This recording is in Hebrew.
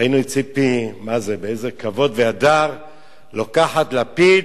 ראינו את ציפי, באיזה כבוד והדר היא לוקחת לפיד,